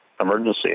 emergency